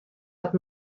dat